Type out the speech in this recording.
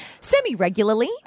semi-regularly